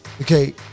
okay